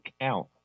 count